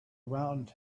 around